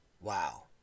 wow